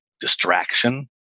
distraction